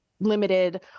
limited